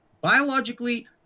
biologically